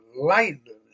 lightning